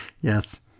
Yes